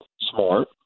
smart